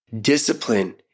Discipline